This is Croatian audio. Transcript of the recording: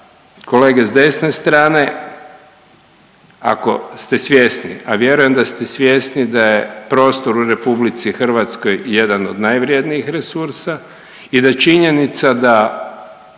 kolege s desne strane ako ste svjesni, a vjerujem da ste svjesni da je prostor u RH jedan od najvrjednijih resursa i da činjenica da